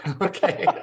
Okay